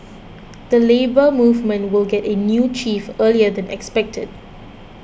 the Labour Movement will get a new chief earlier than expected